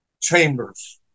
chambers